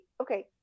okay